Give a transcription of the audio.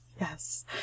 yes